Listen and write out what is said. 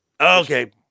Okay